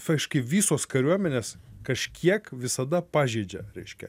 faktiškai visos kariuomenės kažkiek visada pažeidžia reiškia